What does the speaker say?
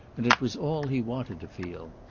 and it was all he wanted to feel.